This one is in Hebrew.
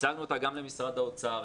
הצגנו אותה גם למשרד האוצר,